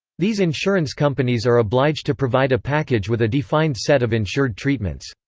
these insurance companies are obliged to provide a package with a defined set of insured treatments.